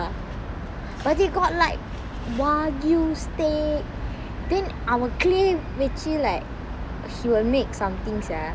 but they got like wagyu steak then அவன்:avan cleave வச்சு:vachu like he will make something sia